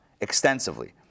extensively